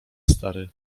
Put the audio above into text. stary